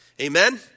Amen